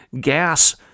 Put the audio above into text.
gas